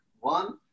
One